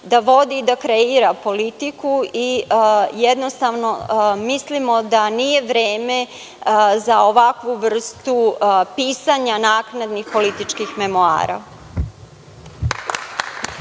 da vodi i da kreira politiku i jednostavno mislimo da nije vreme za ovakvu vrstu pisanja naknadnih političkih memoara.